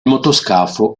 motoscafo